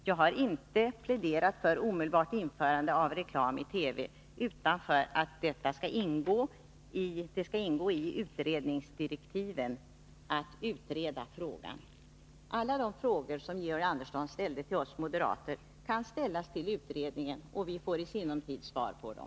Jag har inte pläderat för omedelbart införande av reklam i TV, utan för att det skall ingå i utredningsdirektiven att utreda frågan. Alla de frågor som Georg Andersson ställt till oss moderater kan ställas till utredningen, och vi får i sinom tid svar på dem.